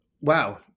wow